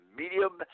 medium